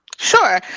sure